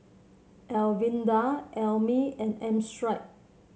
Evander Emmie and Armstead